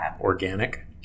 organic